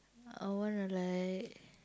I want to like